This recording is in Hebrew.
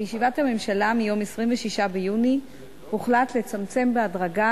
בישיבת הממשלה ביום 26 ביוני הוחלט לצמצם בהדרגה